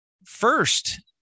First